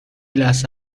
لحظه